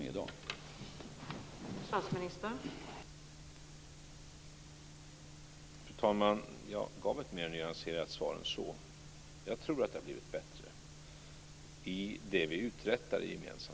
Det är ett faktum.